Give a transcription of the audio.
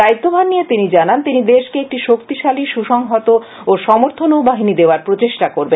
দায়িত্ব ভার নিয়ে তিনি জানান তিনি দেশকে একটি শক্তিশালী সুসংহত ও সমর্থ নৌ বাহিনী দেওয়ার প্রচেষ্টা করবেন